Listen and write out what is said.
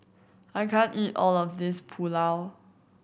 I can't eat all of this Pulao